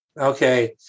Okay